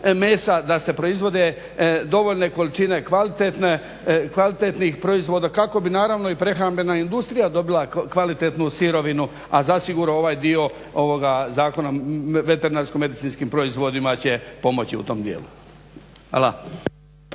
da se proizvode dovoljne količine kvalitetnih proizvoda kako bi naravno i prehrambena industrija dobila kvalitetnu sirovinu, a zasigurno ovaj dio ovoga Zakona o veterinarsko-medicinskim proizvodima će pomoći u tom dijelu. Hvala.